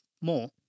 more